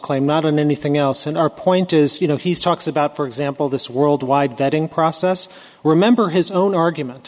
claim not in anything else in our point is you know he's talks about for example this worldwide vetting process remember his own argument